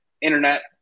Internet